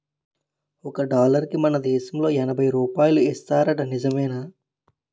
ఒక డాలరుకి మన దేశంలో ఎనబై రూపాయలు ఇస్తారట నిజమేనా